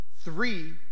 Three